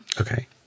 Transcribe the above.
Okay